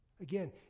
Again